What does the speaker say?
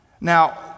Now